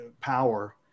power